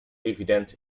evident